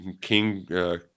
King